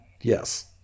Yes